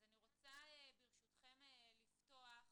אני רוצה ברשותכם לפתוח